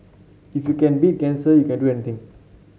if you can beat cancer you can do anything